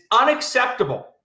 unacceptable